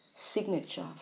Signature